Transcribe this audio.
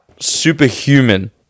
superhuman